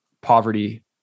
poverty